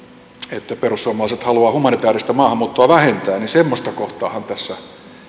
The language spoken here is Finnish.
että perussuomalaiset haluaa humanitääristä maahanmuuttoa vähentää niin semmoista kohtaahan tässä